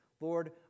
Lord